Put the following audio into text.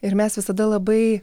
ir mes visada labai